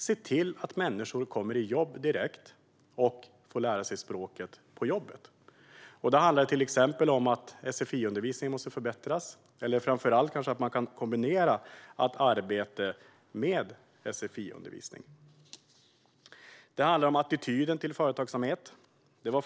Se till att människor kommer i jobb direkt och får lära sig språket på jobbet!" Det handlar till exempel om att sfi-undervisningen måste förbättras, och kanske framför allt om att kunna kombinera arbete med sfi-undervisning. Det handlar också om attityden till företagsamhet.